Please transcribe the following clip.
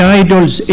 idols